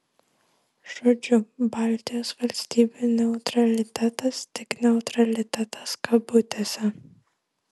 žodžiu baltijos valstybių neutralitetas tik neutralitetas kabutėse